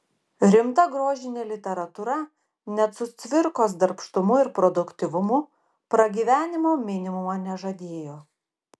rimta grožinė literatūra net su cvirkos darbštumu ir produktyvumu pragyvenimo minimumo nežadėjo